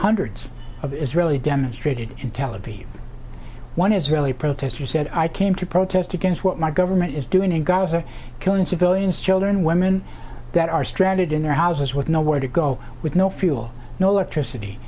hundreds of israeli demonstrated in tel aviv one israeli protester said i came to protest against what my government is doing in gaza killing civilians children women that are stranded in their houses with nowhere to go with no fuel no electricity